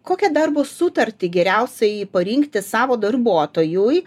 kokią darbo sutartį geriausiai parinkti savo darbuotojui